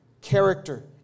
character